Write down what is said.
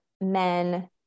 men